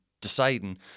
deciding